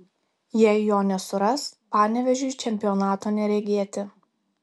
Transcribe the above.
jei jo nesuras panevėžiui čempionato neregėti